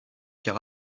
car